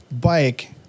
bike